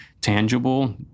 tangible